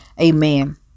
Amen